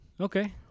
Okay